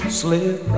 slip